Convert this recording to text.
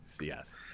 Yes